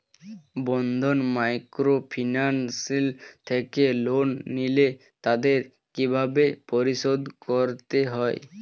বন্ধন microfinance থেকে loan নিলে তাদের কিভাবে পরিশোধ করতে হয়?